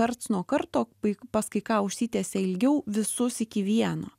karts nuo karto pas kai ką užsitęsia ilgiau visus iki vieno